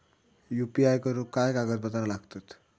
UPI करुक काय कागदपत्रा लागतत?